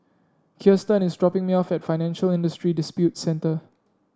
Kiersten is dropping me off at Financial Industry Disputes Center